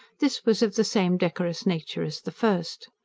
this was of the same decorous nature as the first.